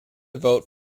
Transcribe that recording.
vote